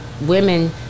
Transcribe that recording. women